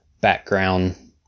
background